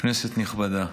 כנסת נכבדה,